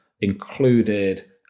included